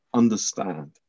understand